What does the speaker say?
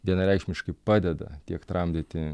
vienareikšmiškai padeda tiek tramdyti